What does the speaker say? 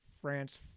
France